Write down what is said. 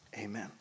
Amen